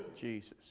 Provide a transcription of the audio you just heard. Jesus